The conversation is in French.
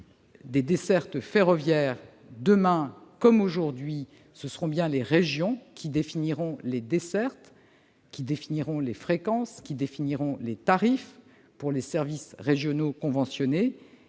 les dessertes ferroviaires, demain comme aujourd'hui, ce sont bien les régions qui définiront les dessertes, les fréquences et les tarifs pour les services régionaux conventionnés.